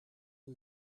een